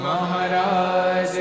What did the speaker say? Maharaj